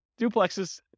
duplexes